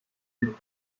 with